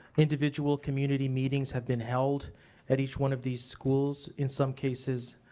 individual community meetings have been held at each one of these schools. in some cases,